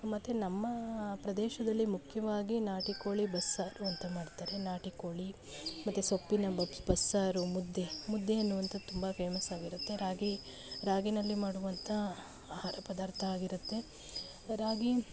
ಮತ್ತೆ ನಮ್ಮ ಪ್ರದೇಶದಲ್ಲಿ ಮುಖ್ಯವಾಗಿ ನಾಟಿ ಕೋಳಿ ಬಸ್ಸಾರು ಅಂತ ಮಾಡ್ತಾರೆ ನಾಟಿ ಕೋಳಿ ಮತ್ತೆ ಸೊಪ್ಪಿನ ಬಸ್ಸಾರು ಮುದ್ದೆ ಮುದ್ದೆ ಅನ್ನುವಂಥದ್ದು ತುಂಬ ಫೇಮಸ್ ಆಗಿರುತ್ತೆ ರಾಗಿ ರಾಗಿಯಲ್ಲಿ ಮಾಡುವಂಥ ಆಹಾರ ಪದಾರ್ಥ ಆಗಿರುತ್ತೆ ರಾಗಿ